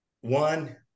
One